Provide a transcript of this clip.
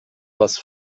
was